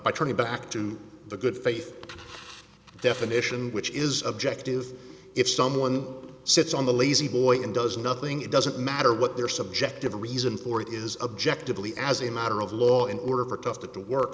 by turning back to the good faith definition which is objective if someone sits on the lazy boy and does nothing it doesn't matter what their subjective reason for it is objectively as a matter of law in order for tufted to work